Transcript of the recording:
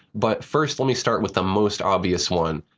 but first let me start with the most obvious one.